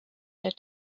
that